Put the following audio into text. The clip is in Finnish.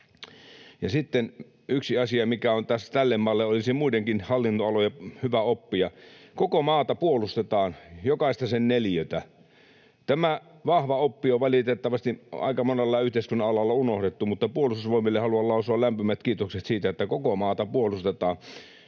Sitten yksi asia, mikä tässä maassa olisi muidenkin hallinnonalojen hyvä oppia: koko maata puolustetaan, jokaista sen neliötä. Tämä vahva oppi on valitettavasti aika monella yhteiskunnan alalla unohdettu, mutta Puolustusvoimille haluan lausua lämpimät kiitokset siitä, että koko maata puolustetaan.